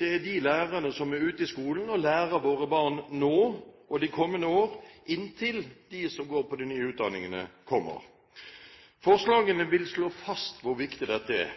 det er de lærerne som er ute i skolen og underviser våre barn nå og i de kommende år, inntil de som går på de nye utdanningene, kommer. Forslagene vil slå fast hvor viktig dette er.